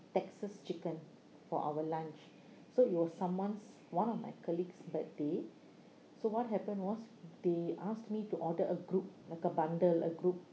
texas chicken for our lunch so it was someone's one of my colleagues' birthday so what happened was they asked me to order a group like a bundle a group